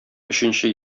өченче